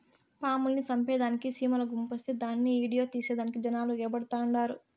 పాముల్ని సంపేదానికి సీమల గుంపొస్తే దాన్ని ఈడియో తీసేదానికి జనాలు ఎగబడతండారు